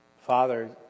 Father